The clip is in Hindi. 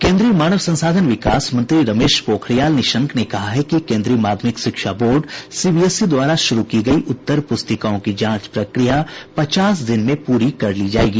केंद्रीय मानव संसाधन विकास मंत्री रमेश पोखरियाल निशंक ने कहा है कि केंद्रीय माध्यमिक शिक्षा बोर्ड सीबीएसई द्वारा शुरू की गई उत्तर पुस्तिकाओं की जांच प्रक्रिया पचास दिन में पूरी कर ली जाएगी